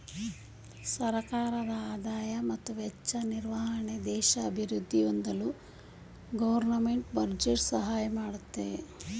ಸರ್ಕಾರದ ಆದಾಯ ಮತ್ತು ವೆಚ್ಚ ನಿರ್ವಹಣೆ ದೇಶ ಅಭಿವೃದ್ಧಿ ಹೊಂದಲು ಗೌರ್ನಮೆಂಟ್ ಬಜೆಟ್ ಸಹಾಯ ಮಾಡುತ್ತೆ